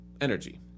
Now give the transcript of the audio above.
energy